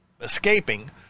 escaping